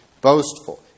boastful